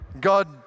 God